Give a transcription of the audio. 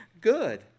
good